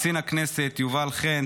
קצין הכנסת יובל חן,